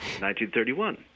1931